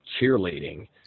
cheerleading